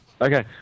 Okay